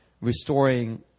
restoring